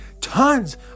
Tons